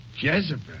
Jezebel